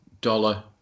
dollar